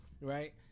right